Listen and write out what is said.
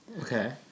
Okay